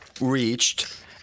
reached